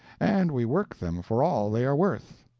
and we work them for all they are worth.